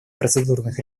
процедурных